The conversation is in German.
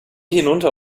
hinunter